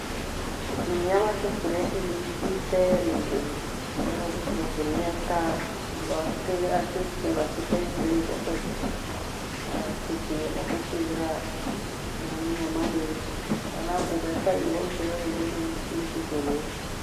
Mnyama thiphufurenyi ni kite na nguve, vanyama vyote vyakurenyi hata vakei achifunga kite kenyi kwakwe. nikighenda ghech ghira nani amani nyi kana nguve hata ivona hewawighonenyi lakini thiifurienyi